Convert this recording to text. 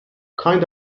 kind